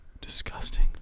Disgusting